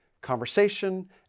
conversation